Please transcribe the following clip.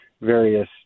various